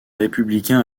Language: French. républicains